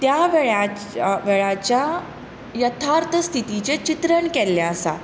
त्या वेळारच्या यथार्थ स्थितीचें चित्रण केल्लें आसा